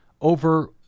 over